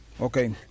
Okay